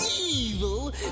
evil